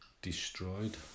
destroyed